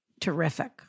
Terrific